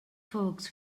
folks